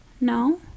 No